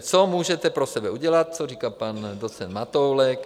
Co můžete pro sebe udělat, co říká pan docent Matoulek?